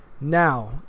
now